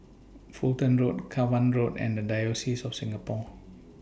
Fulton Road Cavan Road and The Diocese of Singapore